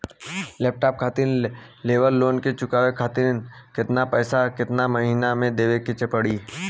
Laptop खातिर लेवल loan के चुकावे खातिर केतना पैसा केतना महिना मे देवे के पड़ी?